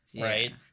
right